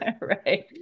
right